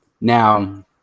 now